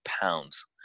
pounds